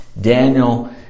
Daniel